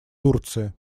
турции